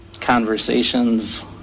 conversations